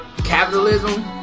capitalism